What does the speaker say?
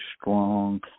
strong